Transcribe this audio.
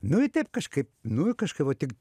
nu i taip kažkaip nu ir kažkaip va tik